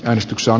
äänestyksen